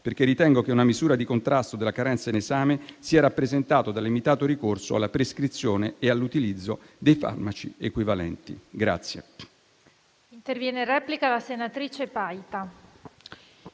infatti che una misura di contrasto della carenza in esame sia rappresentata dal limitato ricorso alla prescrizione e all'utilizzo dei farmaci equivalenti.